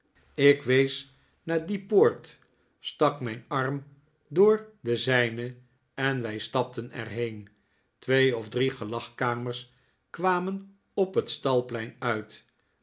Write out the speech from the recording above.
ik wees naar die poort stak mijn arm door den zijnen en wij stapten er heen twee of drie gelagkamers kwamen op het stalplein uit